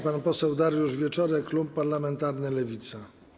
Pan poseł Dariusz Wieczorek, klub parlamentarny Lewica.